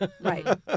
Right